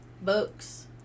Books